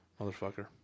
Motherfucker